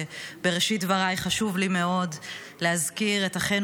ובראשית דבריי חשוב לי מאוד להזכיר את אחינו